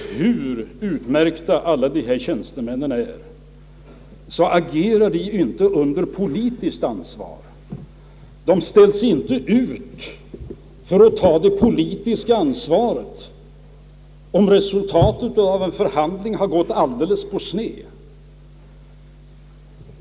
Hur utmärkta dessa tjänstemän än är, agerar de inte under politiskt ansvar. Det krävs inte att de skall ta det politiska ansvaret, om resultatet av en förhandling har gått på sned.